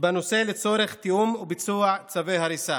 בנושא לצורך תיאום וביצוע צווי הריסה,